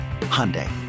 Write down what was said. hyundai